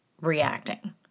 reacting